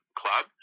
club